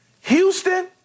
Houston